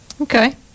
Okay